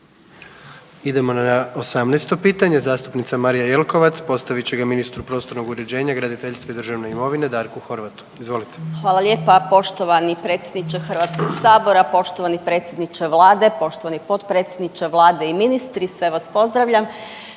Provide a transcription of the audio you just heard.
Idemo na 18 pitanje zastupnica Marija Jelkovac postavit će ga ministru prostornog uređenja, graditeljstva i državne imovine Darku Horvatu. Izvolite. **Jelkovac, Marija (HDZ)** Hvala lijepa poštovani predsjedniče Hrvatskog sabora, poštovani predsjedniče Vlade, poštovani potpredsjedniče Vlade i ministri. Sve vas pozdravljam.